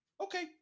Okay